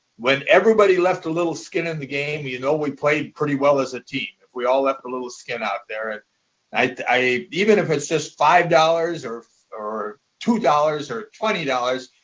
when everybody left a little skin in the game, you know we played pretty well as a team, if we all left a little skin out there and even if it's just five dollars or or two dollars or twenty dollars,